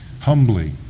humbly